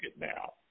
now